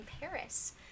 Paris